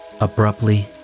Abruptly